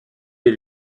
des